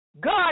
God